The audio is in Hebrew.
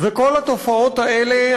כל התופעות האלה,